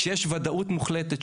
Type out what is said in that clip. כשיש ודאות מוחלטת,